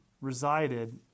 resided